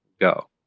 go